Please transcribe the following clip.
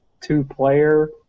two-player